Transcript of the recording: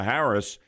Harris